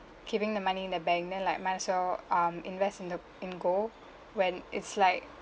keeping the money in the bank then like might as well um invest in the in gold when it's like